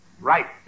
Right